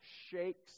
shakes